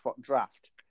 draft